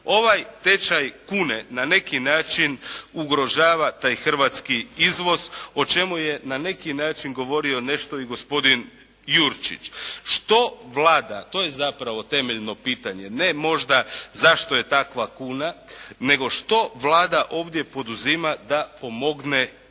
Ovaj tečaj kune na neki način ugrožava taj hrvatski izvoz o čemu je na neki način govorio nešto i gospodin Jurčić. Što Vlada, to je zapravo temeljno pitanje, ne možda zašto je takva kuna nego što Vlada ovdje poduzima da pomogne izvoznicima